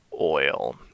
oil